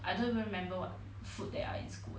I don't remember what food there are in school eh